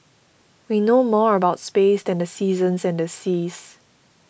we know more about space than the seasons and the seas